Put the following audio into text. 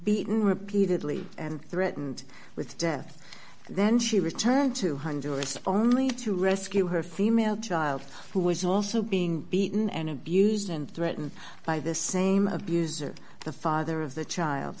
beaten repeatedly and threatened with death then she returned to hundreds only to rescue her female child who was also being beaten and abused and threatened by the same abuser the father of the child